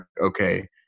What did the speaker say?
okay